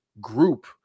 group